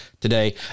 today